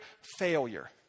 failure